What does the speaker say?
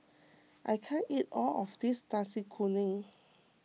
I can't eat all of this Nasi Kuning